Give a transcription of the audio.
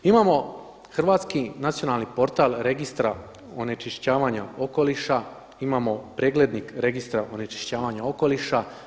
Imamo hrvatski nacionalni portal registra onečišćavanja okoliša, imamo preglednik registra onečišćavanja okoliša.